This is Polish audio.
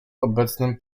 obecnym